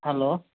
hello